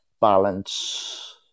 balance